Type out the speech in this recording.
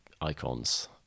icons